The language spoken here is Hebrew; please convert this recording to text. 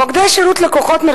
מוקדי שירות לקוחות,